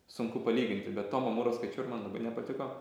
sunku palyginti bet tomo moro skaičiau ir man labai nepatiko